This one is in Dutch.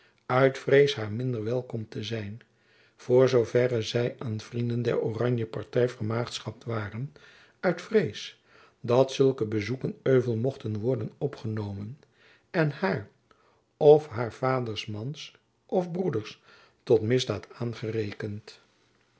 uit vrees haar minder welkom te zijn voor zoo verre zy aan vrienden der oranjeparty vermaagschapt waren uit vrees dat zulke bezoeken euvel mochten worden opgenomen en haar of haar vaders mans of broeders tot misdaad aangerekend